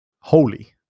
holy